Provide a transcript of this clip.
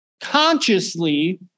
Consciously